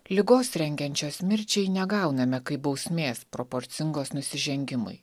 ligos rengiančios mirčiai negauname kaip bausmės proporcingos nusižengimui